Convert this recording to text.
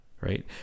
Right